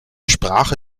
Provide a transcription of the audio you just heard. sprache